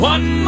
One